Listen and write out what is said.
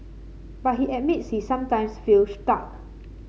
but he admits he sometimes feel stuck